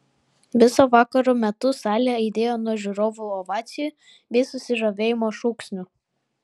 viso vakaro metu salė aidėjo nuo žiūrovų ovacijų bei susižavėjimo šūksnių